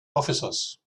officers